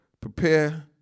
prepare